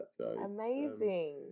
Amazing